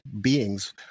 beings